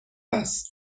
است